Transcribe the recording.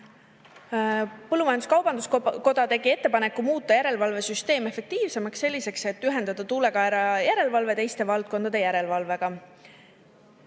Põllumajandus-kaubanduskoda tegi ettepaneku muuta järelevalvesüsteem efektiivsemaks, ühendades tuulekaera järelevalve teiste valdkondade järelevalvega.